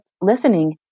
listening